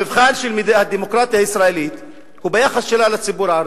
המבחן של הדמוקרטיה הישראלית הוא ביחס שלה לציבור הערבי.